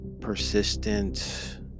persistent